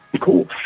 Cool